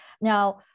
Now